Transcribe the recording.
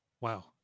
Wow